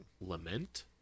Lament